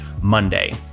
Monday